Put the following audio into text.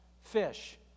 fish